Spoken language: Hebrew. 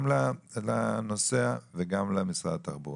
גם לנוסע וגם למשרד התחבורה.